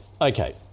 Okay